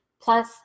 plus